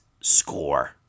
score